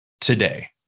today